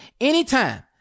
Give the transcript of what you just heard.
anytime